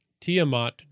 Tiamat